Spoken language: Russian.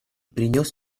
принес